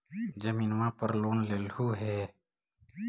जमीनवा पर लोन लेलहु हे?